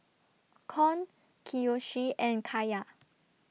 Con Kiyoshi and Kaiya